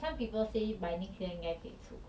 我的 friend 的 exchange is like